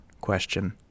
question